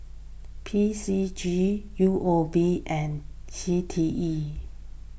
P C G U O B and C T E